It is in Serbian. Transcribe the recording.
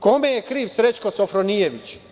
Kome je kriv Srećko Sofronijević?